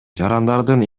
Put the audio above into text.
жарандардын